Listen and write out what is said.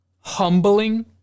humbling